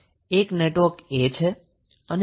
એક network A છે અને બીજું નેટવર્ક B છે